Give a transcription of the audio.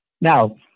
Now